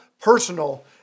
personal